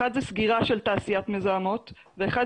האחת,